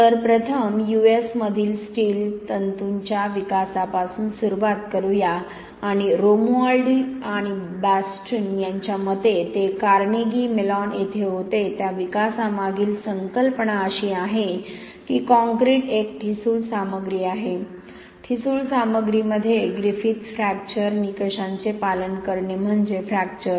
तर प्रथम यूएस मधील स्टील तंतूंच्या विकासापासून सुरुवात करूया आणि रोमुआल्डी आणि बॅस्टन यांच्या मते ते कार्नेगी मेलॉन येथे होते त्या विकासामागील संकल्पना अशी आहे की कॉंक्रिट एक ठिसूळ सामग्री आहे ठिसूळ सामग्रीमध्ये ग्रिफिथ फ्रॅक्चर निकषांचे पालन करणे म्हणजे फ्रॅक्चर